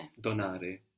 Donare